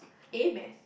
A-math